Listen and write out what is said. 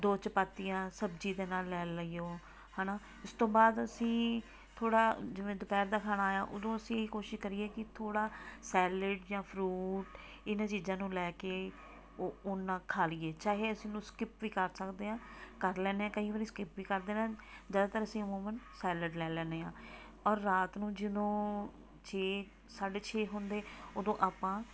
ਦੋ ਚਪਾਤੀਆਂ ਸਬਜ਼ੀ ਦੇ ਨਾਲ ਲੈ ਲਈਓ ਹੈ ਨਾ ਉਸ ਤੋਂ ਬਾਅਦ ਅਸੀਂ ਥੋੜ੍ਹਾ ਜਿਵੇਂ ਦੁਪਹਿਰ ਦਾ ਖਾਣਾ ਆਇਆ ਉਦੋਂ ਅਸੀਂ ਕੋਸ਼ਿਸ਼ ਕਰੀਏ ਕਿ ਥੋੜ੍ਹਾ ਸੈਲੇਡ ਜਾਂ ਫਰੂਟ ਇਹਨਾਂ ਚੀਜ਼ਾਂ ਨੂੰ ਲੈ ਕੇ ਉ ਉੱਨਾਂ ਖਾ ਲਈਏ ਚਾਹੇ ਅਸੀਂ ਉਹਨੂੰ ਸਕਿਪ ਵੀ ਕਰ ਸਕਦੇ ਹਾਂ ਕਰ ਲੈਂਦੇ ਹਾਂ ਕਈ ਵਾਰੀ ਸਕਿਪ ਵੀ ਕਰ ਦੇਣਾ ਜ਼ਿਆਦਾਤਰ ਅਸੀਂ ਹਿਊਮਨ ਸੈਲਡ ਲੈ ਲੈਂਦੇ ਹਾਂ ਔਰ ਰਾਤ ਨੂੰ ਜਦੋਂ ਛੇ ਸਾਢੇ ਛੇ ਹੁੰਦੇ ਉਦੋਂ ਆਪਾਂ